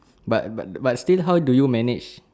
but but but still how do you manage